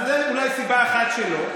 זו אולי סיבה אחת שלא.